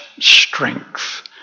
strength